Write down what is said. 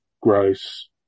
Gross